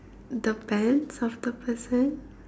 the pants of the person